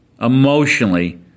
emotionally